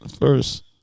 first